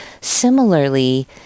Similarly